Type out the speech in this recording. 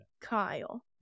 Kyle